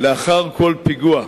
לאחר כל פיגוע,